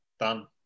Done